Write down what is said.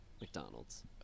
McDonald's